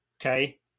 okay